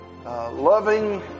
Loving